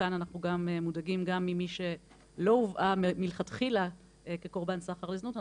כאן אנחנו גם מודאגים ממי שלא הובאה מלכתחילה כקורבן סחר לזנות,